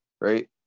right